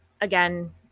again